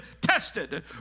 tested